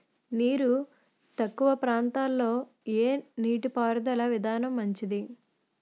నీరు తక్కువ ప్రాంతంలో ఏ నీటిపారుదల విధానం మంచిది?